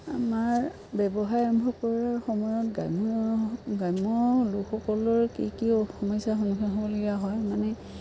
আমাৰ ব্যৱসায় আৰম্ভ কৰাৰ সময়ত গ্ৰাম্য গ্ৰাম্য লোকসকলৰ কি কি সমস্যাৰ সন্মুখীন হ'বলগীয়া হয় মানে